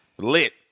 lit